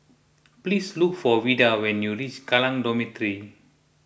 please look for Vida when you reach Kallang Dormitory